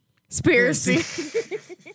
conspiracy